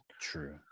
True